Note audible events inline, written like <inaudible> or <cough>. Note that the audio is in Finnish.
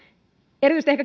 erityisesti <unintelligible>